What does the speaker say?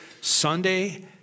Sunday